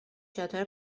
شاطر